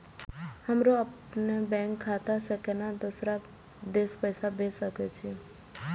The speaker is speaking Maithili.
हमरो अपने बैंक खाता से केना दुसरा देश पैसा भेज सके छी?